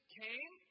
came